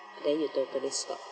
then you totally stop